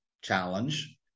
challenge